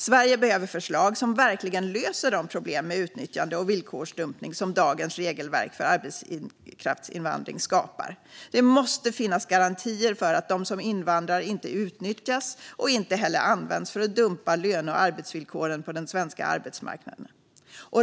Sverige behöver förslag som verkligen löser de problem med utnyttjande och villkorsdumpning som dagens regelverk för arbetskraftsinvandring skapar. Det måste finnas garantier för att de som invandrar inte utnyttjas och inte heller används för att dumpa löne och arbetsvillkoren på den svenska arbetsmarknaden.